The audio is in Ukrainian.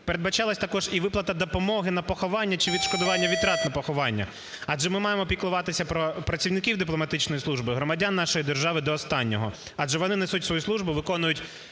передбачалась також і виплата допомоги на поховання чи відшкодування витрат на поховання. Адже ми маємо піклуватися про працівників дипломатичної служби, громадян нашої держави, до останнього. Адже вони несуть свою службу, виконують